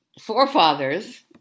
forefathers